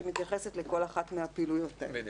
שמתייחסת לכל אחת מהפעילויות האלה.